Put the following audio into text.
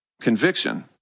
conviction